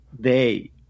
day